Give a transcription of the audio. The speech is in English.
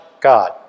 God